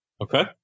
okay